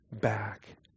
back